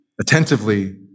attentively